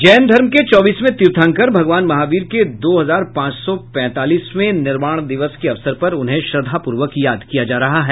जैन धर्म के चौबीसवें तीर्थंकर भगवान महावीर के दो हजार पांच सौ पैंतालीसवें निर्वाण दिवस के अवसर पर उन्हें श्रद्धापूर्वक याद किया जा रहा है